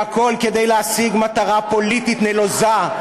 והכול כדי להשיג מטרה פוליטית נלוזה.